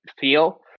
feel